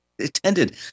attended